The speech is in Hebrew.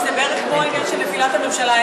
כי זה בערך כמו הרעיון של נפילת הממשלה,